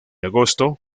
agosto